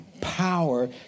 power